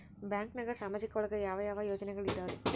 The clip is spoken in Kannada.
ಬ್ಯಾಂಕ್ನಾಗ ಸಾಮಾಜಿಕ ಒಳಗ ಯಾವ ಯಾವ ಯೋಜನೆಗಳಿದ್ದಾವ್ರಿ?